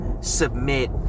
submit